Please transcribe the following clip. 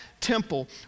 temple